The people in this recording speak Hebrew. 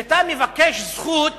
שכשאתה מבקש זכות,